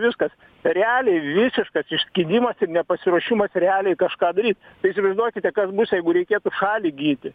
viskas realiai visiškas išskydimas ir nepasiruošimas realiai kažką daryt tai įsivaizduokite kas bus jeigu reikėtų šalį ginti